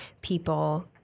people